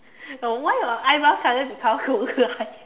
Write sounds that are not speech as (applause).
no why your eyebrow suddenly become closer eh (laughs)